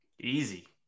Easy